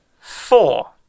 four